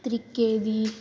ਤਰੀਕੇ ਦੀ